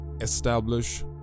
establish